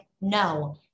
No